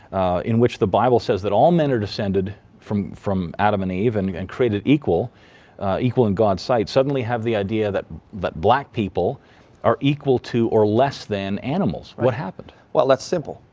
in which the bible says that all men are descended from from adam and eve and and created equal equal in god's sight, suddenly have the idea that that black people are equal to or less than animals, what happened? well that's simple.